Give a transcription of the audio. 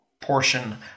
portion